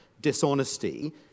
dishonesty